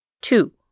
Two